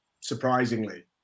surprisingly